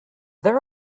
there